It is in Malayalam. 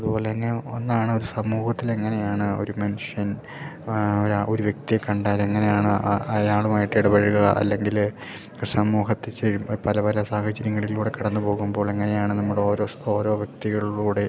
അതു പോലെ തന്നെ ഒന്നാണ് ഒരു സമൂഹത്തിലെങ്ങനെയാണ് ഒരു മനുഷ്യൻ ആ ഒരാ ഒരു വ്യക്തിയെ കണ്ടാലെങ്ങനെയാണ് ആ അയാളുമായിട്ടിടപഴകുക അല്ലെങ്കിൽ ക സമൂഹത്ത് ചെയ്യുമ്പോൾ പല പല സാഹചര്യങ്ങളിലൂടെ കടന്ന് പോകുമ്പോൾ എങ്ങനെയാണ് നമ്മുടെ ഓരോ ഓരോ വ്യക്തികളിലൂടെ